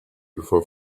before